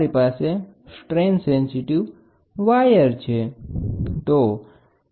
આપણે જે પણ અહી નિશ્ચિત કર્યુ છે તે સ્ટ્રેન સેન્સેટીવ વાયર વડે કર્યુ છે